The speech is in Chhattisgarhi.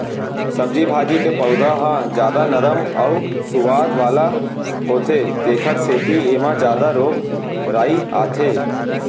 सब्जी भाजी के पउधा ह जादा नरम अउ सुवाद वाला होथे तेखर सेती एमा जादा रोग राई आथे